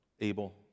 Abel